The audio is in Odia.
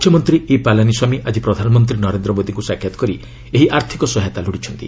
ମୁଖ୍ୟମନ୍ତ୍ରୀ ଇ ପାଲାନୀସ୍ୱାମୀ ଆକି ପ୍ରଧାନମନ୍ତ୍ରୀ ନରେନ୍ଦ୍ର ମୋଦିଙ୍କୁ ସାକ୍ଷାତ କରି ଏହି ଆର୍ଥକ ସହାୟତା ଲୋଡ଼ିଛନ୍ତି